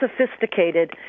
sophisticated